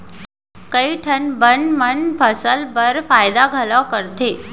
कई ठन बन मन फसल बर फायदा घलौ करथे